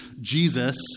Jesus